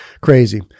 Crazy